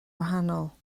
wahanol